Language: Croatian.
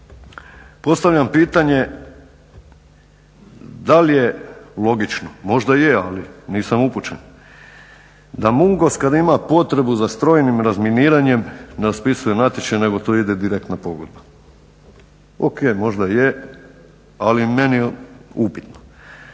Postavljam pitanje da li je logično, možda je, ali nisam upućen, da MUNGOS kad ima potrebu za strojnim razminiranjem ne raspisuje natječaj nego tu ide direktna pogodba. Ok, možda je, ali meni upitno.